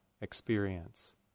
experience